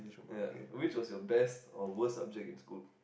ya which was your best or worst subject in school